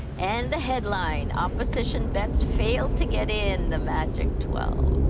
and the headline, opposition bets fail to get in the magic twelve.